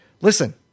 Listen